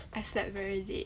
I slept very late